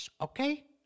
okay